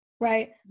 right